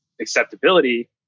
acceptability